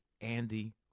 Andy